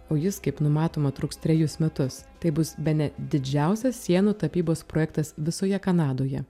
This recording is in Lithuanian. o jis kaip numatoma truks trejus metus tai bus bene didžiausias sienų tapybos projektas visoje kanadoje